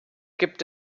gibt